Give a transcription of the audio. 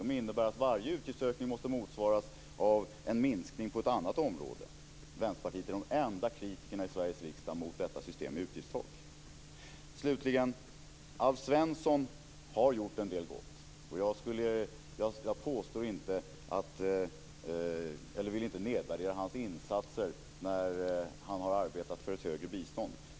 Det innebär att varje utgiftsökning måste motsvaras av en minskning på ett annat område. Vänsterpartiet är de kritikerna i Sveriges riksdag av systemet med utgiftstak. Slutligen: Alf Svensson har gjort en del gott. Jag vill inte nedvärdera hans insatser när han har arbetat för ett högre bistånd.